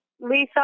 Lisa